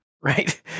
Right